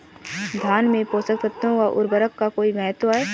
धान में पोषक तत्वों व उर्वरक का कोई महत्व है?